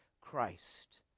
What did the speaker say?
Christ